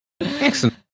Excellent